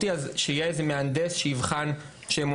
יש כאן הרבה נושאים מאוד